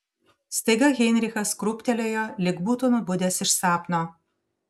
staiga heinrichas krūptelėjo lyg būtų nubudęs iš sapno